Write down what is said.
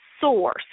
source